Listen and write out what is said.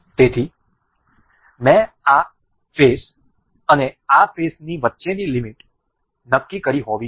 તેથી મેં આ ફેસ અને આ ફેસની વચ્ચેની લિમિટ નક્કી કરી હોવી જોઈએ